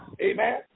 Amen